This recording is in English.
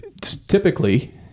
typically